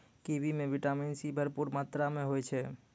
kiwi म vitamin C भरपूर मात्रा में होय छै